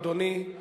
אדוני.